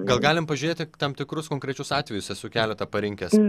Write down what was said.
gal galim pažiūrėti tam tikrus konkrečius atvejus esu keletą parinkęs